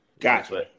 Gotcha